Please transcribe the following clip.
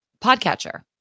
podcatcher